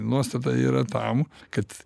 nuostata yra tam kad